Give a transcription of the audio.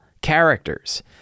characters